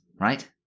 right